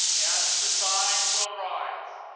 and design will rise.